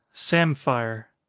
samphire.